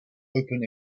open